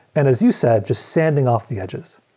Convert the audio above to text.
and as you said, just sanding off the edges.